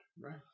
Right